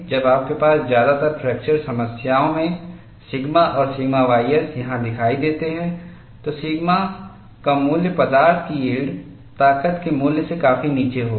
जब आपके पास ज्यादातर फ्रैक्चर समस्याओं में सिग्मा और सिग्मा ys यहां दिखाई देते हैं तो सिग्मा का मूल्य पदार्थ की यील्ड ताकत के मूल्य से काफी नीचे होगा